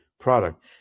Product